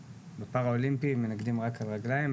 בפרה-אולימפי מנקדים רק על רגליים,